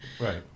Right